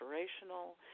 inspirational